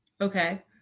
Okay